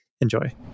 Enjoy